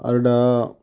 आरो दा